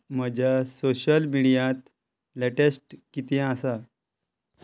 म्हज्या सोशल मिडियांत लेटेस्ट कितें आसा